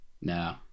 no